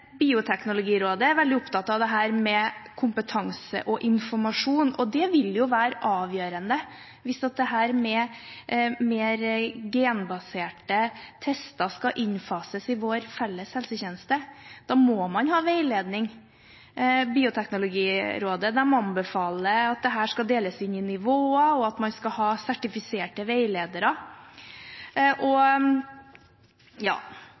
Bioteknologirådet er veldig opptatt av dette med kompetanse og informasjon, og det vil være avgjørende. Hvis dette med mer genbaserte tester skal innfases i vår felles helsetjeneste, må man ha veiledning. Bioteknologirådet anbefaler at dette skal deles inn i nivåer, og at man skal ha sertifiserte veiledere.